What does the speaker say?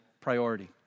priority